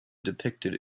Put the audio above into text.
depicted